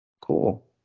cool